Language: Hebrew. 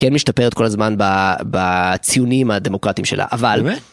אפל תאפשר לסדר אפליקציות באייפון באופן חופשי יותר ב-iOS 18